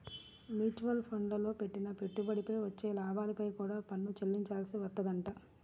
mutual ఫండ్లల్లో పెట్టిన పెట్టుబడిపై వచ్చే లాభాలపై కూడా పన్ను చెల్లించాల్సి వత్తదంట